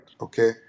okay